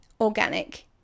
organic